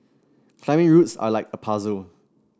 climbing routes are like a puzzle